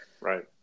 Right